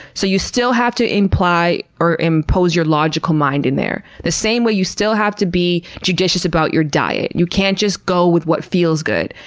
so you still have to imply or impose your logical mind in there, the same way you still have to be judicious about your diet. you can't just go with what feels good.